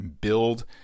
build